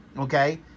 okay